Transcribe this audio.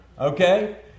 okay